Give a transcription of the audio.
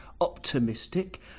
optimistic